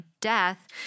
death